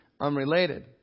unrelated